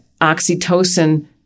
oxytocin